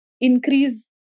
increase